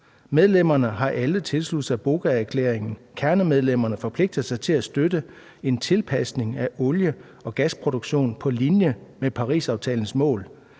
Medlemmerne har alle tilsluttet sig BOGA-erklæringen. Kernemedlemmerne forpligter sig til at støtte en tilpasning af olie- og gasproduktionen på linje med Parisaftalens mål.